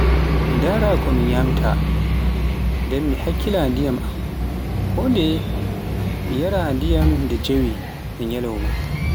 mi ndara ko mi nyamtaa, nden mi hakkila endiyam am, kondeye mi yara ndiyam nde jeewe e nalauwma.